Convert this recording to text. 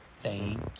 Thank